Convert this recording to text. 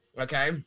Okay